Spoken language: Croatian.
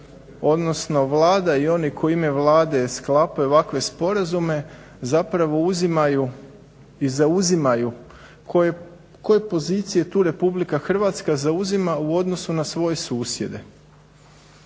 odnosno Vlada i oni koji u ime Vlade sklapaju ovakve Sporazume zapravo uzimaju i zauzimaju koje pozicije tu Republika Hrvatska zauzima u odnosu na svoje susjede.